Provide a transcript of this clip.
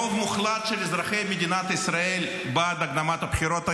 רוב מוחלט של אזרחי מדינת ישראל בעד הקדמת הבחירות היום,